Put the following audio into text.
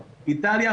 איטליה,